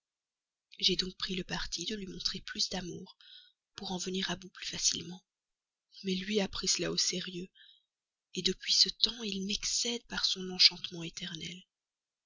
j'ai donc pris le parti de lui montrer plus d'amour pour en venir à bout plus facilement mais lui a pris cela au sérieux depuis ce temps il m'excède par son enchantement éternel